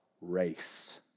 race